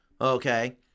okay